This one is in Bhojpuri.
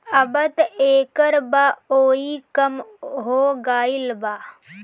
अबत एकर बओई कम हो गईल बा